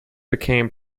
became